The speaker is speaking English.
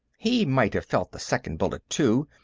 he might have felt the second bullet, too,